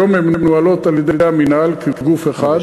היום הן מנוהלות על-ידי המינהל, כגוף אחד.